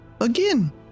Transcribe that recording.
again